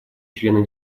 члены